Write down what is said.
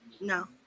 No